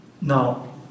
Now